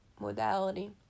modality